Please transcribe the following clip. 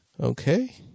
okay